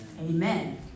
Amen